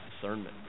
discernment